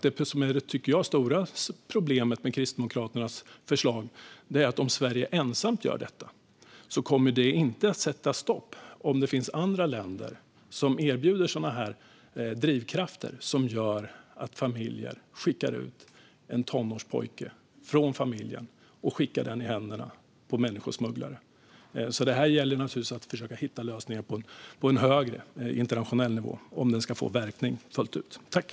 Det stora problemet med Kristdemokraternas förslag är nämligen om Sverige ensamt gör detta; ifall andra länder erbjuder drivkrafter som gör att familjer skickar en tonårspojke från familjen och i händerna på människosmugglare kommer det inte att sätta stopp för det. Det gäller alltså att försöka hitta lösningar på en högre internationell nivå, om det ska få full verkan.